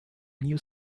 new